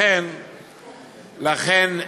לכן,